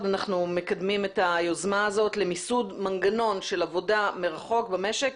אנחנו מקדמים את היוזמה הזאת למיסוד מנגנון של עבודה מרחוק במשק,